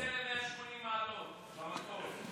הכיסא 180 מעלות במטוס,